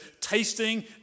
tasting